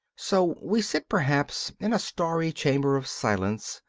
so we sit perhaps in a starry chamber of silence,